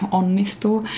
onnistuu